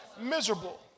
Miserable